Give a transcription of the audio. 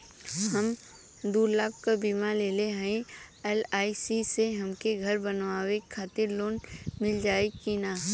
हम दूलाख क बीमा लेले हई एल.आई.सी से हमके घर बनवावे खातिर लोन मिल जाई कि ना?